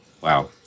Wow